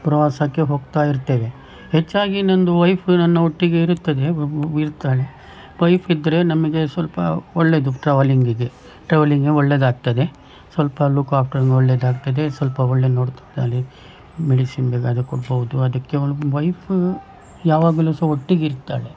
ಪ್ರವಾಸಕ್ಕೆ ಹೋಗ್ತಾ ಇರ್ತೇವೆ ಹೆಚ್ಚಾಗಿ ನನ್ನದು ವೈಫ್ ನನ್ನ ಒಟ್ಟಿಗೆ ಇರುತ್ತದೆ ಇರ್ತಾಳೆ ವೈಫ್ ಇದ್ದರೆ ನಮಗೆ ಸ್ವಲ್ಪ ಒಳ್ಳೆದು ಟ್ರಾವಲಿಂಗಿಗೆ ಟ್ರಾವಲಿಂಗೆ ಒಳ್ಳೆದಾಗ್ತದೆ ಸ್ವಲ್ಪ ಲುಕ್ ಆಫ್ಟರ್ ಒಳ್ಳೆದಾಗುತ್ತದೆ ಸ್ವಲ್ಪ ಒಳ್ಳೆ ನೋಡ್ತಾಳೆ ಅಲ್ಲಿ ಮೆಡಿಸಿನ್ಗ್ಯಲ್ಲಾದು ಕೊಡ್ಬೌದು ಅದಕ್ಕೆ ಅವಳು ವೈಫು ಯಾವಾಗಲೂ ಸಹ ಒಟ್ಟಿಗಿರ್ತಾಳೆ